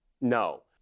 No